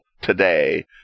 today